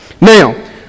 Now